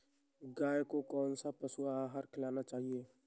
गाय को कौन सा पशु आहार खिलाना चाहिए?